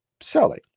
selling